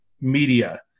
media